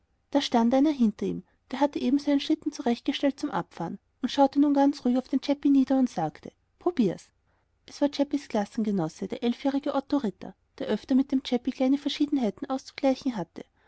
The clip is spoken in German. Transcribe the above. da stand einer hinter ihm der hatte eben seinen schlitten zurechtgestellt zum abfahren und schaute nun ganz ruhig auf den chäppi nieder und sagte probier's es war chäppis klassengenosse der elfjährige otto ritter der öfter mit dem chäppi kleine verschiedenheiten auszugleichen hatte